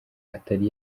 atari